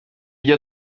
ryo